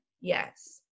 Yes